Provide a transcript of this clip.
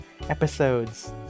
episodes